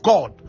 God